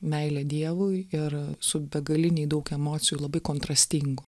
meilę dievui ir su begaliniai daug emocijų labai kontrastingų